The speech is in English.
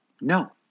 No